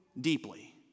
deeply